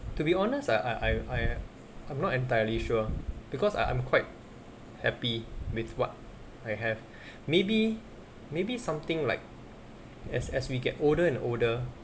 to be honest I I I'm I'm I'm not entirely sure because I I'm quite happy with what I have maybe maybe something like as as we get older and older